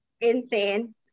Insane